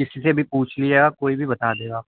کسی سے بھی پوچھ لیجیے گا کوئی بھی بتا دے گا آپ